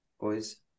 boys